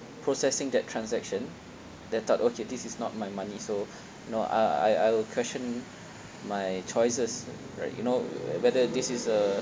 processing that transaction the thought okay this is not my money so no I I I will question my choices right you know whether this is a